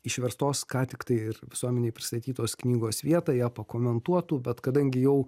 išverstos ką tik tai ir visuomenei pristatytos knygos vietą ją pakomentuotų bet kadangi jau